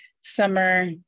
summer